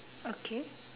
okay